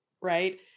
right